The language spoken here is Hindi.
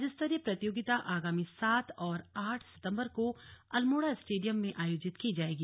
राज्यस्तरीय प्रतियोगिता आगामी सात और आठ सितम्बर को अल्मोड़ा स्टेडियम में आयोजित की जायेगी